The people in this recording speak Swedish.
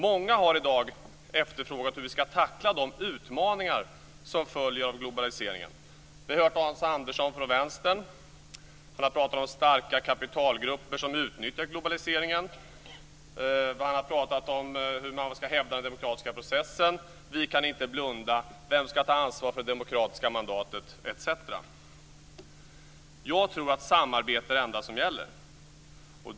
Många har i dag efterfrågat hur vi ska tackla de utmaningar som följer av globaliseringen. Vi har hört Hans Andersson från Vänstern. Han har talat om starka kapitalgrupper som utnyttjar globaliseringen. Han har talat om hur man ska hävda den demokratiska processen. Vi kan inte blunda. Vem ska ta ansvar för det demokratiska mandatet, etc? Jag tror att samarbete är det enda som gäller.